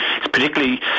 Particularly